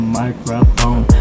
microphone